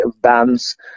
bands